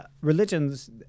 religions